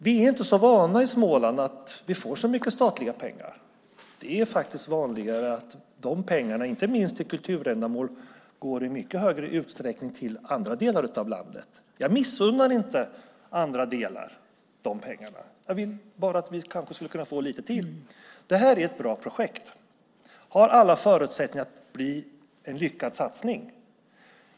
Vi är inte så vana i Småland att få så mycket statliga pengar. Det är faktiskt vanligare att de pengarna, inte minst till kulturändamål, går i mycket större utsträckning till andra delar av landet. Jag missunnar inte andra delar de pengarna - jag vill bara att vi skulle kunna få lite till. Det här är ett bra projekt, och det har alla förutsättningar att bli en lyckad satsning.